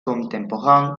contemporain